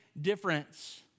difference